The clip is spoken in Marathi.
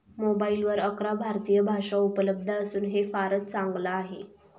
मोबाईलवर अकरा भारतीय भाषा उपलब्ध असून हे फारच चांगल आहे